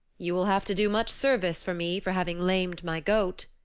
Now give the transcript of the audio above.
you will have to do much service for me for having lamed my goat,